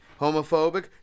Homophobic